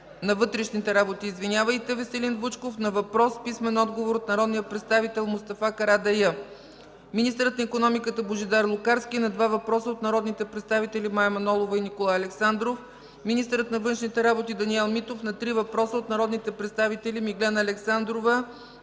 на вътрешните работи Веселин Вучков на въпрос с писмен отговор от народния представител Мустафа Карадайъ; - министърът на икономиката Божидар Лукарски на 2 въпроса от народните представители Мая Манолова, и Николай Александров; - министърът на външните работи Даниел Митов на 3 въпроса от народните представители Миглена Александрова,